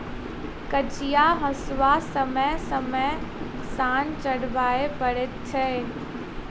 कचिया हासूकेँ समय समय पर सान चढ़बय पड़ैत छै